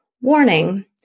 Warning